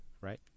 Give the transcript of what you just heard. right